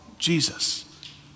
Jesus